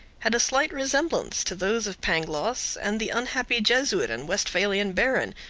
had a slight resemblance to those of pangloss and the unhappy jesuit and westphalian baron,